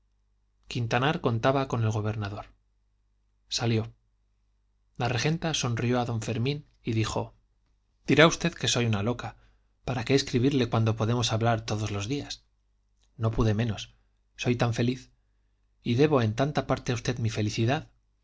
quintanar contaba con el gobernador salió la regenta sonrió a don fermín y dijo dirá usted que soy una loca para qué escribirle cuando podemos hablar todos los días no pude menos soy tan feliz y debo en tanta parte a usted mi felicidad